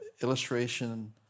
illustration